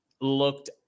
looked